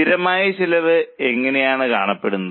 സ്ഥിരമായ ചെലവ് ഇങ്ങനെയാണ് കാണപ്പെടുന്നത്